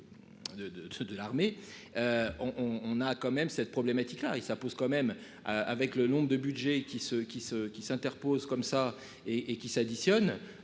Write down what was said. de l'armée. On, on a quand même cette problématique-là et ça pose quand même avec le nombre de budget qui se qui se, qui s'interpose comme ça et et qui s'additionnent.